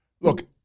look